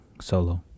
solo